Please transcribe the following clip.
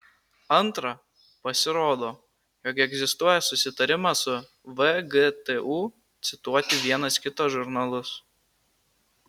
antra pasirodo jog egzistuoja susitarimas su vgtu cituoti vienas kito žurnalus